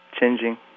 changing